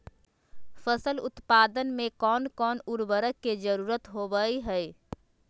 फसल उत्पादन में कोन कोन उर्वरक के जरुरत होवय हैय?